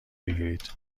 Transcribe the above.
بگیرید